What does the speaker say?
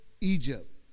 Egypt